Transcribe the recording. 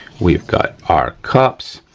we've got our cups,